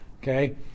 Okay